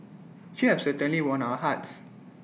you have certainly won our hearts